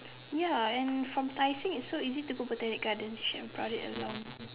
ya and from Tai Seng it's so easy to go Botanic gardens should have brought it along